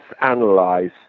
analyze